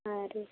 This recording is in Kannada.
ಹಾಂ ರೀ